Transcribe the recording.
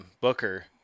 Booker